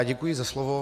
Děkuji za slovo.